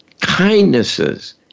kindnesses